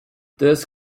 this